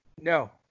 No